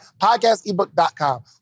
podcastebook.com